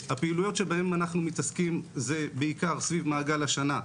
הפעילויות שבהן אנחנו מתעסקים הן בעיקר סביב מעגל השנה.